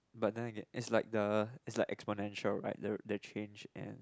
but then again is like the is like experiential right they change and